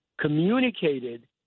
communicated